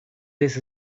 this